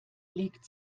legt